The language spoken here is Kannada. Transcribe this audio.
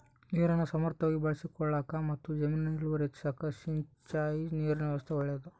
ನೀರನ್ನು ಸಮರ್ಥವಾಗಿ ಬಳಸಿಕೊಳ್ಳಾಕಮತ್ತು ಜಮೀನಿನ ಇಳುವರಿ ಹೆಚ್ಚಿಸಾಕ ಸಿಂಚಾಯಿ ನೀರಿನ ವ್ಯವಸ್ಥಾ ಒಳ್ಳೇದು